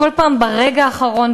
כל פעם ברגע האחרון,